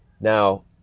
Now